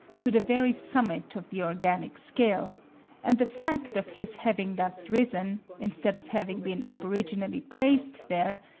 to the very summit of the organic scale and the fact of his having thus risen, instead of having been aboriginally placed there,